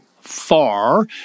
far